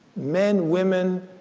men, women,